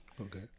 Okay